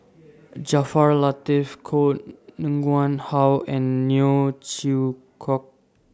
Jaafar Latiff Koh Nguang How and Neo Chwee Kok